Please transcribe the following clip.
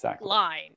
line